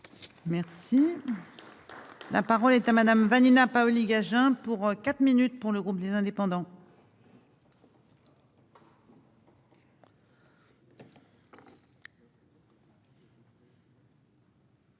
Merci, la parole est à Madame Vanina Paoli-Gagin pour quatre minutes pour le groupe des indépendants.